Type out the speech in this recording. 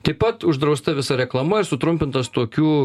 taip pat uždrausta visa reklama ir sutrumpintas tokių